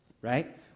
right